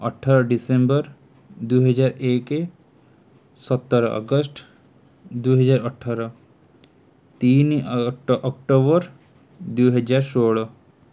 ଅଠର ଡିସେମ୍ବର ଦୁଇହଜାର ଏକ ସତର ଅଗଷ୍ଟ ଦୁଇହଜାର ଅଠର ତିନି ଅକ୍ଟୋବର ଦୁଇହଜାର ଷୋହଳ